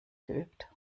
geübt